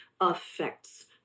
affects